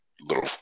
little